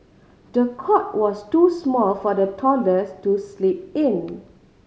the cot was too small for the toddlers to sleep in